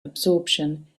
absorption